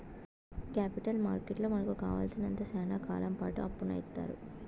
capital మార్కెట్లో మనకు కావాలసినంత శ్యానా కాలంపాటు అప్పును ఇత్తారు